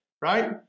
right